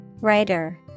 Writer